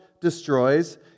destroys